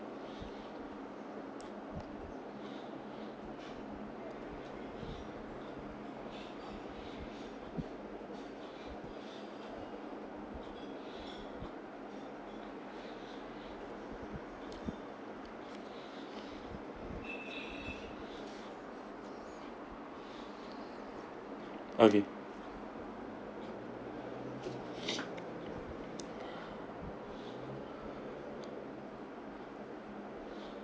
okay